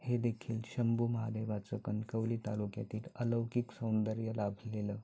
हे देखील शंभू महादेवाचं कणकवली तालुक्यातील अलौकिक सौंदर्य लाभलेलं